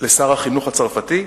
לשר החינוך הצרפתי,